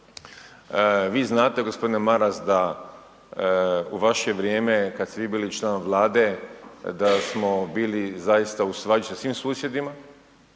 vi znate gospodine Maras u vaše vrijeme kada ste vi bili član Vlade da smo zaista bili u svađi sa svim susjedima,